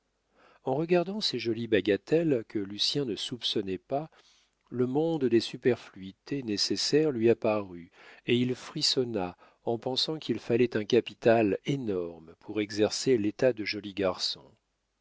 en regardant ces jolies bagatelles que lucien ne soupçonnait pas le monde des superfluités nécessaires lui apparut et il frissonna en pensant qu'il fallait un capital énorme pour exercer l'état de joli garçon